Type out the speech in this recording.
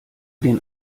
den